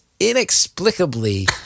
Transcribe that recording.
inexplicably